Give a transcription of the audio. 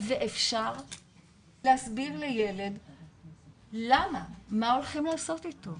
ואפשר להסביר לילד למה, מה הולכים לעשות אתו,